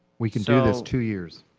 we can do this, two years.